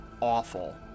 awful